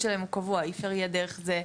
שיקול הדעת נדרש מהם.